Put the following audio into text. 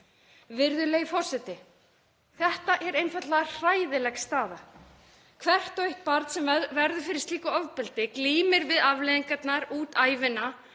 Virðulegi forseti. Þetta er einfaldlega hræðileg staða. Hvert og eitt barn sem verður fyrir slíku ofbeldi glímir við afleiðingarnar út ævina